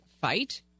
fight